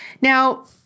now